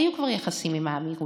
היו כבר יחסים עם האמירויות,